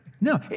No